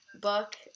book